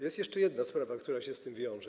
Jest jeszcze jedna sprawa, która się z tym wiąże.